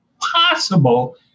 possible